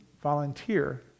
volunteer